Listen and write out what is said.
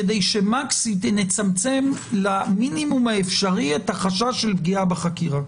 כדי שנצמצם למינימום האפשרי את החשש של פגיעה בחקירה.